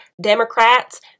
Democrats